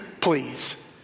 please